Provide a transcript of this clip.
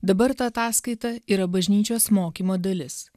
dabar ta ataskaita yra bažnyčios mokymo dalis